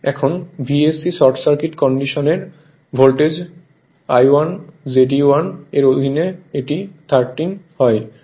এখনVSC short circuit কন্ডিশনের voltage I1 Z e1 এর অধীনে এটি 13 হয়